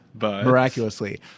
Miraculously